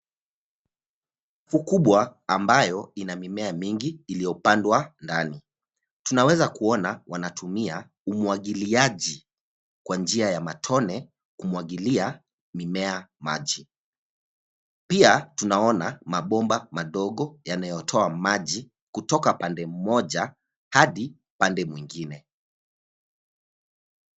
Ukubwa ambayo ina mimea mingi ambayo hupandwa ndani. Tunaweza kuona wanatumia umwagiliaji kwa njia ya matone kumwagilia mimea maji. Pia, tunaona mabomba madogo yanayotoa maji kutoka pande mmoja hadi pande mwingine.